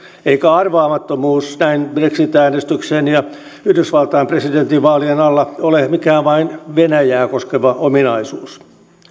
eikä arvaamattomuus näin brexit äänestyksen ja yhdysvaltain presidentinvaalien alla ole mikään vain venäjää koskeva ominaisuus